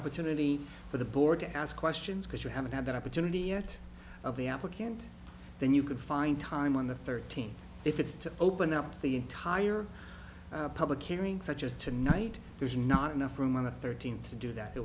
opportunity for the board to ask questions because you haven't had that opportunity yet of the applicant then you could find time on the thirteenth if it's to open up the entire public hearing such as tonight there's not enough room on the thirteenth to do that